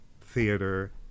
theater